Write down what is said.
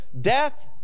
Death